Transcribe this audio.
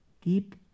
keep